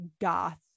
goth